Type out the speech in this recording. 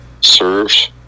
serves